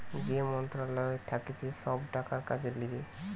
যেই মন্ত্রণালয় থাকতিছে সব টাকার কাজের লিগে